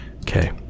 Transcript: okay